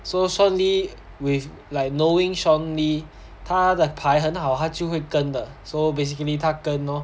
so sean lee with like knowing sean lee 他的牌很好他就会跟的 so basically 他跟咯